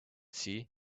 see